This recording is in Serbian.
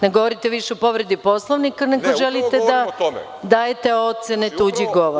Ne govorite više o povredi Poslovnika, nego želite da dajete ocene tuđih govora.